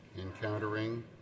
encountering